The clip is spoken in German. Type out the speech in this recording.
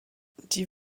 die